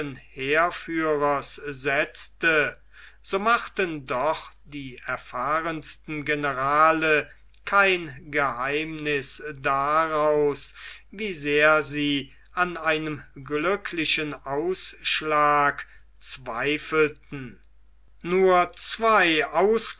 heerführers setzte so machten doch die erfahrensten generale kein geheimniß daraus wie sehr sie an einem glücklichen ausschlag verzweifelten nur zwei